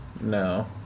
No